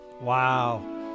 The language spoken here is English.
wow